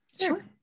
Sure